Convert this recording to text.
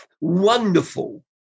wonderful